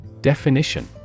Definition